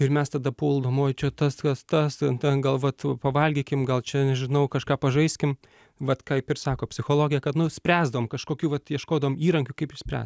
ir mes tada puldavom oi čia tas tas tas ten gal vat pavalgykim gal čia nežinau kažką pažaiskim vat kaip ir sako psichologė kad nu spręsdavom kažkokių vat ieškodavom įrankių kaip išspręst